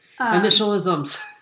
Initialisms